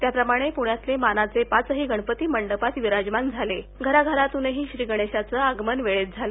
त्याप्रमाणे पुण्यातले मानाचे पाचही गणपती मंडपात विराजमान झाले घराघरातूनही श्रीगणेशाचं आगमन वेळेत झालं